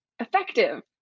effective